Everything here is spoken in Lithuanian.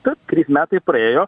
bet trys metai praėjo